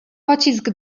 pocisk